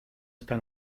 esta